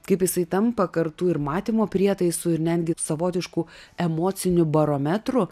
kaip jisai tampa kartų ir matymo prietaisų ir netgi savotišku emociniu barometru